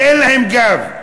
שאין להם גב?